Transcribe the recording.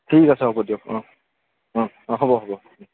ঠিক আছে হ'ব দিয়ক অঁ অঁ অঁ হ'ব হ'ব